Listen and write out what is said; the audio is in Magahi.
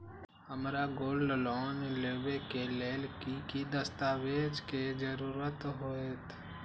हमरा गोल्ड लोन लेबे के लेल कि कि दस्ताबेज के जरूरत होयेत?